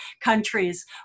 countries